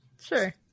Sure